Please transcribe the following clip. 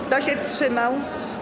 Kto się wstrzymał?